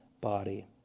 body